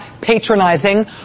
patronizing